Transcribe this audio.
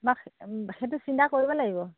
বাক্স সেইটো চিন্তা কৰিব লাগিব